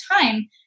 time